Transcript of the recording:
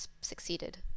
succeeded